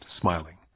smiling